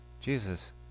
Jesus